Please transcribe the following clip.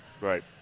Right